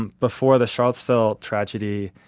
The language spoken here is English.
and before the charlottesville tragedy,